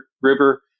river